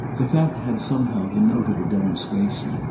the fact had somehow the note of a demonstration,